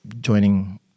joining